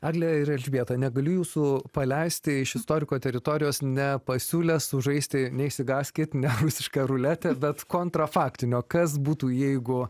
egle ir elžbieta negaliu jūsų paleisti iš istoriko teritorijos nepasiūlęs sužaisti neišsigąskit ne rusišką ruletę bet kontra faktinio kas būtų jeigu